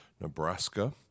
Nebraska